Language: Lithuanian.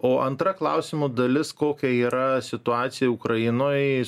o antra klausimo dalis kokia yra situacija ukrainoj